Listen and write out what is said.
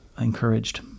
encouraged